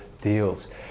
deals